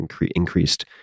increased